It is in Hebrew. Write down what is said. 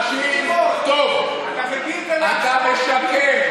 אתה משקר.